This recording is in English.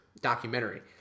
documentary